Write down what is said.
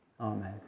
Amen